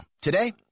Today